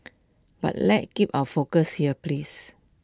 but let's keep our focus here please